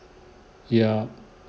ya